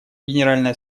генеральная